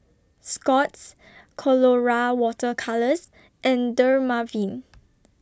Scott's Colora Water Colours and Dermaveen